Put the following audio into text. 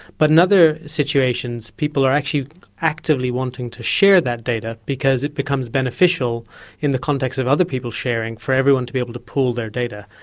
but in other situations people are actually actively wanting to share that data because it becomes beneficial in the context of other people sharing, for everyone to be able to pool their data.